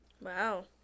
Wow